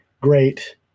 Great